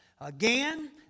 again